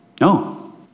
No